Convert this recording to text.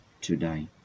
today